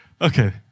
Okay